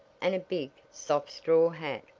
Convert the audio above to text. and a big, soft straw hat,